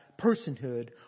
personhood